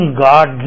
God